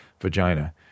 vagina